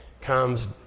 comes